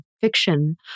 fiction